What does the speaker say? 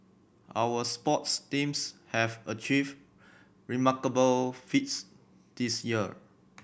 our sports teams have achieved remarkable feats this year